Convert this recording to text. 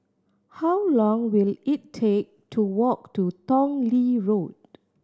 how long will it take to walk to Tong Lee Road